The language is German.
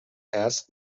erst